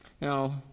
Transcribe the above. Now